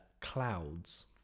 clouds